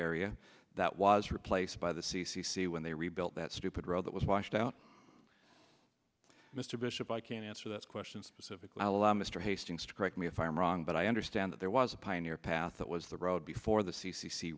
area that was replaced by the c c c when they rebuilt that stupid road that was washed out mr bishop i can't answer this question specifically allow mr hastings to correct me if i'm wrong but i understand that there was a pioneer path that was the road before the c c c